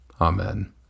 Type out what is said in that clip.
Amen